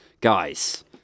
guys